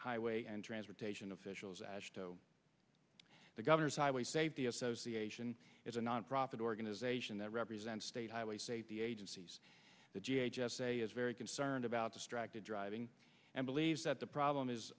highway and transportation officials as the governor's highway safety association is a nonprofit organization that represents state highway safety agencies the g s a is very concerned about distracted driving and believes that the problem is